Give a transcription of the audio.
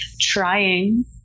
trying